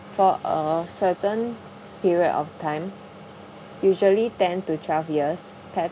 for a certain period of time usually ten to twelve years patent